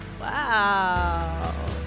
Wow